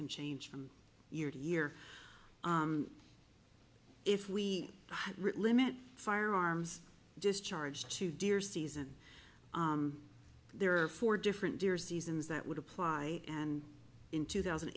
can change from year to year if we limit firearms discharge to deer season there are four different deer seasons that would apply and in two thousand